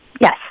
Yes